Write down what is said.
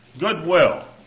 Goodwill